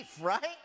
right